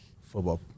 Football